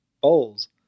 bowls